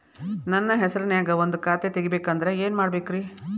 ನನ್ನ ಹೆಸರನ್ಯಾಗ ಒಂದು ಖಾತೆ ತೆಗಿಬೇಕ ಅಂದ್ರ ಏನ್ ಮಾಡಬೇಕ್ರಿ?